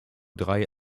drei